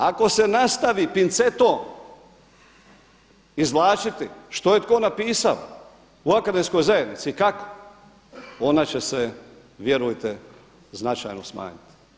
Ako se nastavi pincetom izvlačiti što je tko napisao u akademskoj zajednici i kako onda će se vjerujte značajno smanjiti.